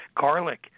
Garlic